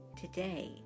today